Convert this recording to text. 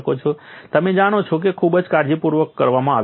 તમે જાણો છો કે તે ખૂબ કાળજીપૂર્વક કરવામાં આવ્યું છે